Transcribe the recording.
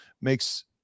makes